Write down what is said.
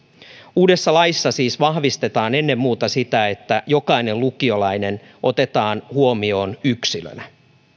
uudessa laissa siis vahvistetaan ennen muuta sitä että jokainen lukiolainen otetaan huomioon yksilönä